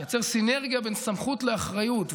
נייצר סינרגיה בין סמכות לאחריות,